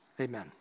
Amen